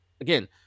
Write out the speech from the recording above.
again